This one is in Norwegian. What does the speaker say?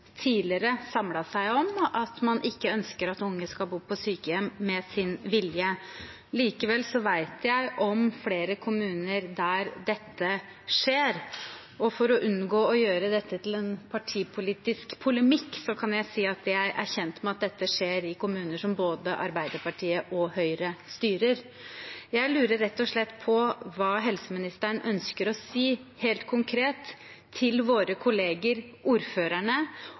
tidligere har samlet seg om at man ikke ønsker at unge skal bo på sykehjem mot sin vilje. Likevel vet jeg om flere kommuner der dette skjer. For å unngå å gjøre dette til partipolitisk polemikk kan jeg si at jeg er kjent med at dette skjer både i kommuner som Arbeiderpartiet styrer, og i kommuner som Høyre styrer. Jeg lurer rett og slett på hva helseministeren ønsker å si, helt konkret, til våre kolleger, til ordførerne